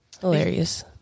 hilarious